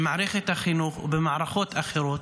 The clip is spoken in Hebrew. במערכת החינוך ובמערכות אחרות.